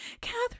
Catherine